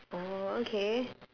oh okay